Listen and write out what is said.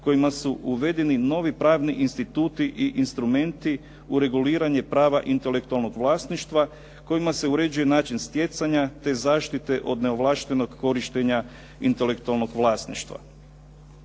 kojima su uvedeni novi pravni instituti i instrumenti u reguliranje prava intelektualnog vlasništva kojima se uređuje način stjecanja, te zaštite od neovlaštenog korištenja intelektualnog vlasništva.